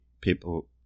people